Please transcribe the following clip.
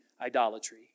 idolatry